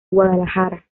guadalajara